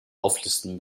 auflisten